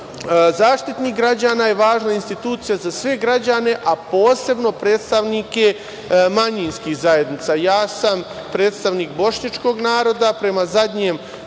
Zaštitnik građana je važna institucija za sve građane, a posebno predstavnike manjinskih zajednica. Predstavnik sam bošnjačkog naroda, prema zadnjem